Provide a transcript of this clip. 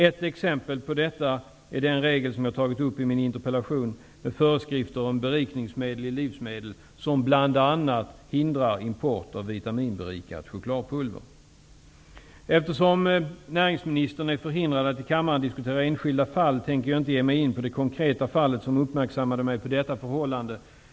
Ett exempel på detta är den regel som jag har tagit upp i min interpellation, med föreskrifter om berikningsmedel i livsmedel, som bl.a. hindrar import av vitaminberikat chokladpulver. Eftersom näringsministern är förhindrad att i kammaren diskutera enskilda fall, tänker jag inte ge mig in på det konkreta fallet som uppmärksammade mig på detta förhållande.